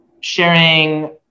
sharing